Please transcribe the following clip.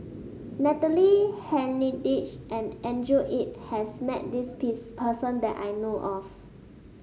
Natalie Hennedige and Andrew Yip has met this piss person that I know of